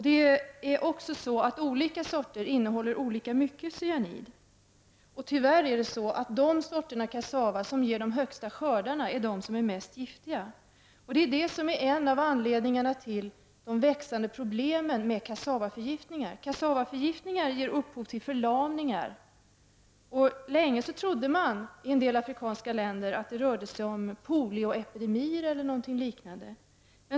Det är så att olika sorter innehåller olika mycket cyanid. Tyvärr är de sorter av kassava som ger de största skördarna de som är mest giftiga. Det är en av anledningarna till de växande problemen med kassavaförgiftningar. Kassavaförgiftningen ger upphov till förlamning. Länge trodde man i en del afrikanska länder att det rörde sig om polioepidemier eller liknande.